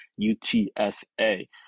UTSA